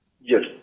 Yes